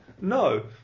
no